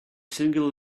single